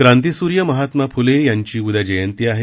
क्रांतीसूर्य महात्मा फ्ले यांची उद्या जयंती आहे